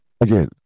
Again